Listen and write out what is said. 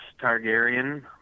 Targaryen